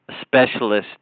specialist